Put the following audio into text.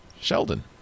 Sheldon